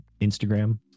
Instagram